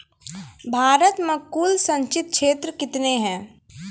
भारत मे कुल संचित क्षेत्र कितने हैं?